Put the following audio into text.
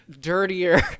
dirtier